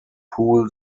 pool